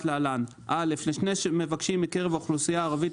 להלן: לשני מבקשים מקרב האוכלוסייה הערבית,